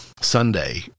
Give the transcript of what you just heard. Sunday